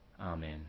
Amen